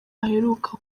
aheruka